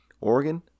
organ